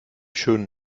schönen